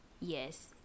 yes